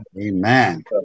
Amen